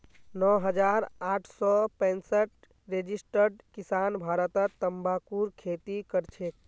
नौ हजार आठ सौ पैंसठ रजिस्टर्ड किसान भारतत तंबाकूर खेती करछेक